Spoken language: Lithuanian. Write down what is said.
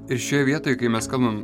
ir šioje vietoj kai mes kalbam